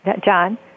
John